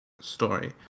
story